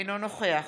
אינו נוכח